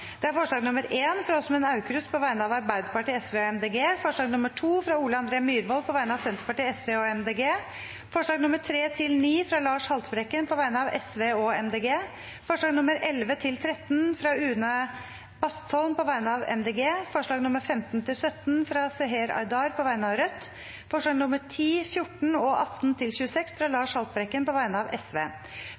Det er forslag nr. 1, fra Åsmund Aukrust på vegne av Arbeiderpartiet, Sosialistisk Venstreparti og Miljøpartiet De Grønne forslag nr. 2, fra Ole André Myhrvold på vegne av Senterpartiet, Sosialistisk Venstreparti og Miljøpartiet De Grønne forslagene nr. 3–9, fra Lars Haltbrekken på vegne av Sosialistisk Venstreparti og Miljøpartiet De Grønne forslagene nr. 11–13, fra Une Bastholm på vegne av Miljøpartiet De Grønne forslagene nr. 15-17, fra Seher Aydar på vegne av Rødt forslagene nr. 10, 14 og 18–26, fra Lars Haltbrekken på vegne av